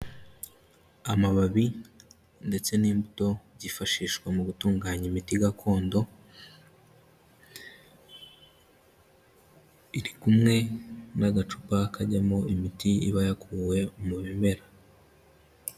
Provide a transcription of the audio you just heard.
Amababi ndetse n'imbuto byifashishwa mu gutunganya imiti gakondo, iri kumwe n'agacupa kajyamo imiti iba yakuwe mu bimera.